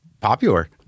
popular